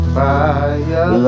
fire